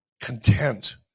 content